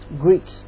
Greeks